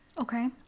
Okay